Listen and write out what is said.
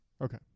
Okay